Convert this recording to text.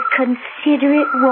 considerate